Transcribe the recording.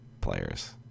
players